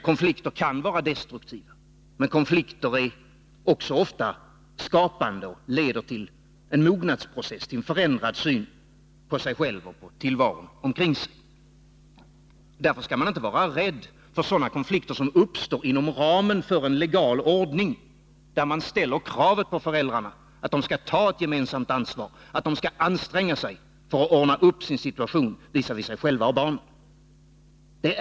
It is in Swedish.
Konflikter kan vara destruktiva, men de är också ofta skapande och leder till en mognadsprocess, till en förändrad syn på den egna personen och på den egna situationen. Därför skall man inte vara rädd för sådana konflikter som uppstår inom ramen för en legal ordning, där krav ställs på föräldrarna att de skall ta ett gemensamt ansvar och att de skall anstränga sig för att ordna upp sin situation visavi sig själva och barnen.